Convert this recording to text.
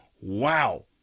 wow